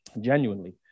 genuinely